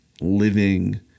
living